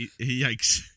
yikes